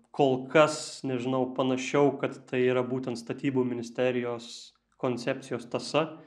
kol kas nežinau panašiau kad tai yra būtent statybų ministerijos koncepcijos tąsa